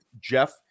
Jeff